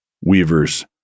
Weaver's